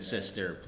Sister